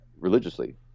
religiously